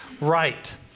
right